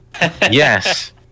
Yes